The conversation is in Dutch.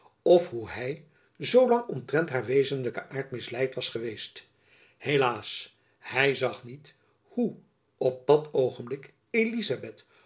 of hoe hy zoolang omtrent haar wezenlijken aart misleid was geweest helaas hy zag niet hoe op dat oogenblik